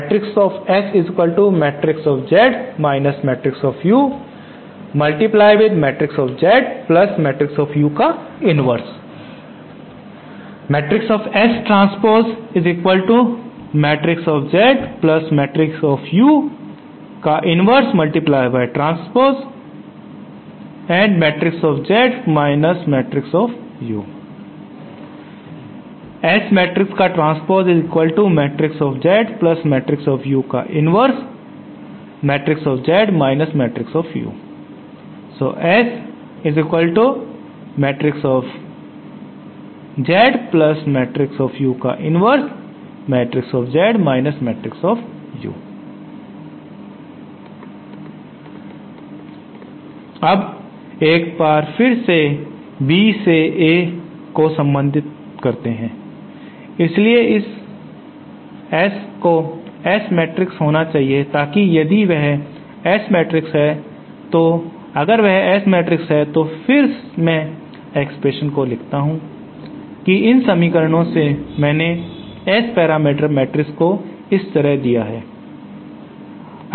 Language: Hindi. अब यह फिर से B से A से संबंधित है इसलिए इस इससे को S मैट्रिक्स होना चाहिए ताकि यदि वह S मैट्रिक्स है तो अगर वह S मैट्रिक्स है तो फिर मैं एक्सप्रेशन को लिखता हूं कि इन समीकरणों से मैंने S पैरामीटर मैट्रिक्स को इस तरह दिया है